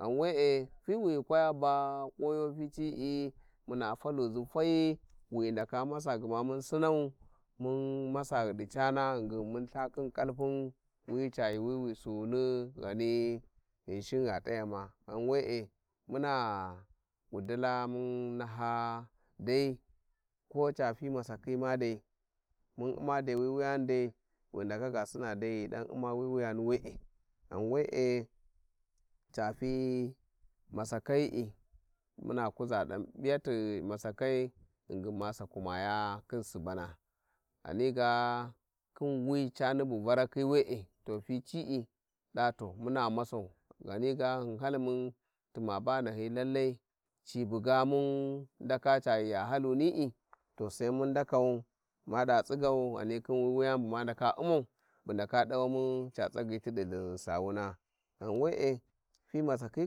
﻿Ghan we`e fiwi ghi kwaya ba kuwayo ficii muna talazi fai wi gha ndaka masa gma mun sinau mun masa, ghidi cana ghingin mun lths khin kalpur wiga Ca yuuwi wi suwuni ghani Ghimshon gha tayama ghan we`e muna kudila mun naha dai ko cafi masakhi ma dai mun u`ma dai wi wuyani dai bu ghu, ndaka ga Sina ghi ghi dan U`ma wi wuyana we`e ghan we`e cafi masakayı'i munakuza da piyati masakai ghingin ma sakurmaya khim subana, ghani ga khin wi" cani bu Vararkhi we`e to fici da to muna masau ghani hyimhal mun tuma ba ghi yallai ci buga mun ndaka ca ghi halunii to sai mun ndaka mada tsigau ghani wi wuyani bu ma ndaka u`mau bu ndaka dawamu Catsagyi tidi khin sawuna ghan we`e fi masakhi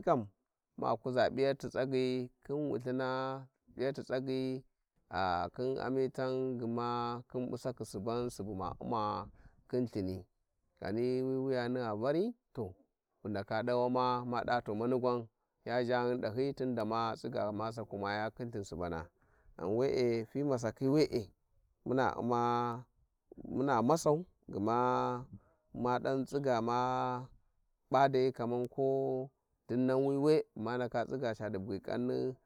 kam ma kuza p`iyati tsagyi khin wulthina, p`yati tsagyi ah- khin amitan gma Khin busakhi Suban Subu ma u`ma khin lthini, ghani wi wuyani gha vari to wu ndaka dawama ma da to mani gwan ya ghaghun dahyi tunda ma tsiga ma sakumaya khin Ithin Subana ghan we`e fi masakhi we`e, muna u`ma- muna masau gma ma dan tsiga ma p`a dai kaman ko dinnan wi we bu ma ndaka tsiga ca di bugyi kanni